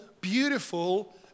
beautiful